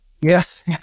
Yes